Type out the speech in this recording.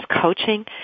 coaching